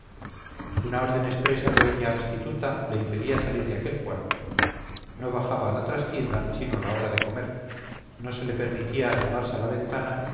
una orden expresa de doña restituta le impedía salir de aquel cuarto no bajaba a la trastienda sino a la hora de comer no se le permitía asomarse a la ventana